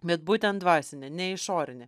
bet būtent dvasinė ne išorinė